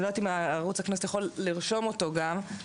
אני לא יודעת אם ערוץ הכנסת יכול לרשום אותו גם,